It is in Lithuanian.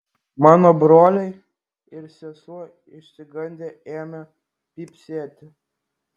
mano broliai ir sesuo išsigandę ėmė pypsėti